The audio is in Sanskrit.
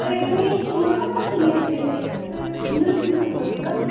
अरे तर्हि चूर्मा कथं निर्मीयते अत्र भिन्नं किमपि भवति वा